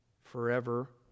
Forever